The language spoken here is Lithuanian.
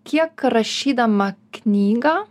kiek rašydama knygą